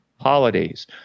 holidays